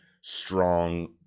strong